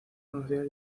conocidas